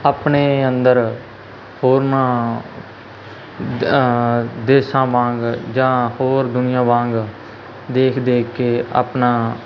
ਆਪਣੇ ਅੰਦਰ ਹੋਰਨਾਂ ਦੇਸ਼ਾਂ ਵਾਂਗ ਜਾਂ ਹੋਰ ਦੁਨੀਆ ਵਾਂਗ ਦੇਖ ਦੇਖ ਕੇ ਆਪਣਾ